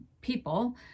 people